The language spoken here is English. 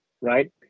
right